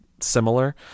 similar